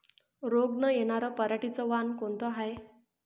रोग न येनार पराटीचं वान कोनतं हाये?